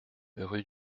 rue